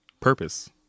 purpose